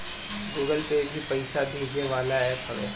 Google Pay भी पईसा भेजे वाला एप्प हवे